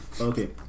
Okay